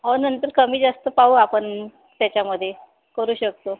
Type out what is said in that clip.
अहो नंतर कमीजास्त पाहू आपण त्याच्यामध्ये करू शकतो